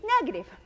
negative